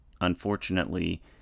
unfortunately